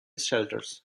shelters